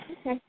Okay